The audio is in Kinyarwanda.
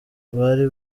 bari